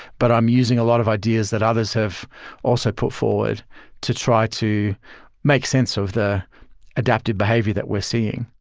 but i'm using a lot of ideas that others have also put forward to try to make sense of the adaptive behavior that we're seeing.